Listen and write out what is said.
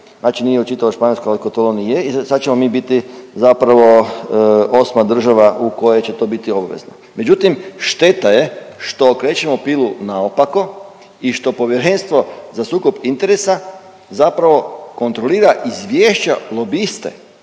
znači nije u čitavoj Španjolskoj, ali u Kataloniji je i sad ćemo mi biti zapravo 8. država u kojoj će to biti obvezno. Međutim, šteta je što okrećemo pilu naopako i što Povjerenstvo za sukob interesa zapravo kontrolira izvješća lobista